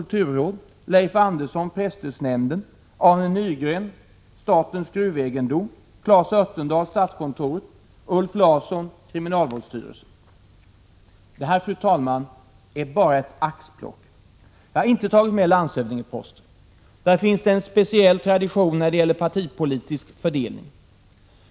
Jag har här inte tagit med landshövdingeposter. Där finns en speciell tradition när det gäller partipolitisk fördelning.